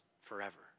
forever